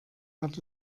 hat